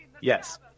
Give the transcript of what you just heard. Yes